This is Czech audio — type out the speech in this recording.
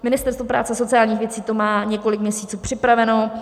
Ministerstvo práce a sociálních věcí to má několik měsíců připravené.